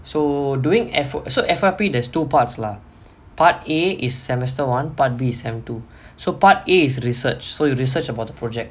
so doing f so F_Y_P there's two parts lah part A is semester one part B is semester two so part A is research so you research about the project